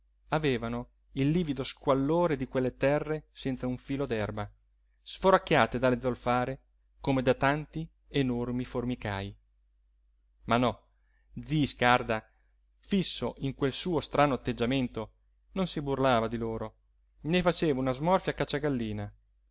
avevano il livido squallore di quelle terre senza un filo d'erba sforacchiate dalle zolfare come da tanti enormi formicaj ma no zi scarda fisso in quel suo strano atteggiamento non si burlava di loro né faceva una smorfia